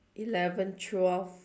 eleven twelve